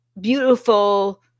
beautiful